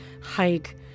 hike